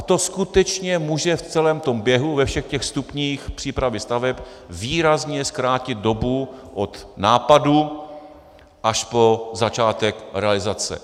To skutečně může v celém tom běhu, ve všech těch stupních přípravy staveb, výrazně zkrátit dobu od nápadu až po začátek realizace.